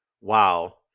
wow